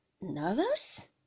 nervous